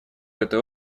этой